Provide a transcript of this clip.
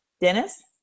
Dennis